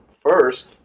First